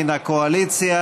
מן הקואליציה.